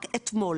רק אתמול,